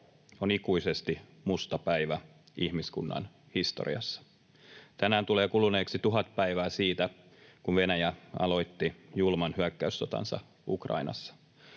on ikuisesti musta päivä ihmiskunnan historiassa. Tänään tulee kuluneeksi tuhat päivää siitä, kun Venäjä aloitti julman hyökkäyssotansa Ukrainassa.